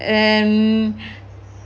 and